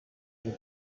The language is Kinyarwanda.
del